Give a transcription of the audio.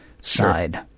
side